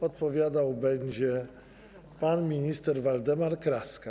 Odpowiadał będzie pan minister Waldemar Kraska.